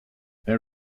there